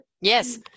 Yes